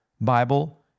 Bible